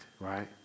right